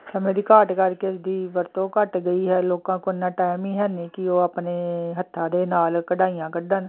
ਸਮੇਂ ਦੀ ਘਾਟ ਕਰਕੇ ਦੀ ਵਰਤੋਂ ਘੱਟ ਗਈ ਹੈ ਲੋਕਾਂ ਕੋਲ ਇੰਨਾਂ ਟਾਈਮ ਹੀ ਹੈ ਨਹੀਂ ਕਿ ਉਹ ਆਪਣੇ ਹੱਥਾਂ ਦੇ ਨਾਲ ਕਢਾਈਆਂ ਕੱਢਣ